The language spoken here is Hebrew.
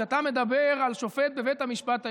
כשאתה מדבר על שופט בבית המשפט העליון,